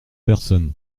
personne